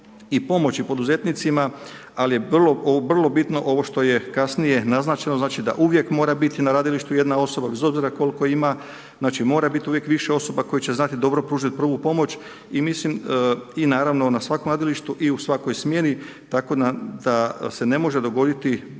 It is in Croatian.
i pomoći poduzetnicima ali je vrlo bitno ovo što je kasnije naznačeno znači da uvijek mora biti na gradilištu jedna osoba bez obzira koliko ima, znači mora biti više osoba koje će znati dobro pružiti prvu pomoć i naravno na svakom gradilištu i svakoj smjeni tako da se ne može dogoditi